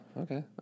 Okay